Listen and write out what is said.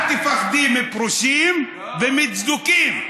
תפחדי מפרושים ומצדוקים,